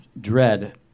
Dread